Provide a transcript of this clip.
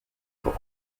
pour